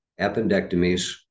appendectomies